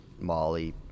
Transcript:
molly